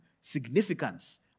significance